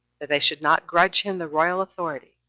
that they should not grudge him the royal authority,